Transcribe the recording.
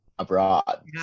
abroad